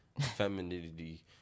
femininity